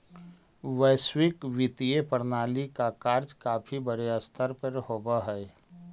वैश्विक वित्तीय प्रणाली का कार्य काफी बड़े स्तर पर होवअ हई